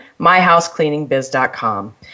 MyHouseCleaningBiz.com